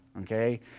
Okay